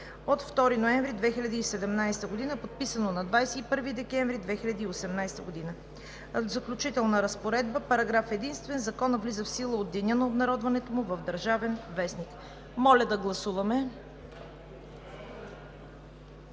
от 2 ноември 2017 г., подписано на 21 декември 2018 г.: „Заключителна разпоредба Параграф единствен. Законът влиза в сила от деня на обнародването му в „Държавен вестник“.“ Прегласуваме